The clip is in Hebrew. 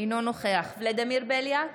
אינו נוכח ולדימיר בליאק,